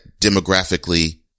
demographically